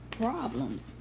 problems